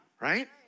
Right